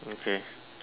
okay